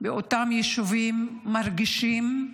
באותם יישובים מרגישים.